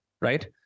right